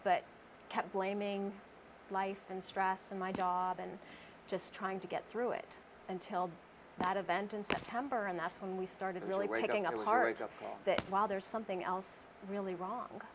but kept blaming life and stress in my job than just trying to get through it until that event in september and that's when we started really breaking a law that while there's something else really wrong